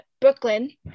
Brooklyn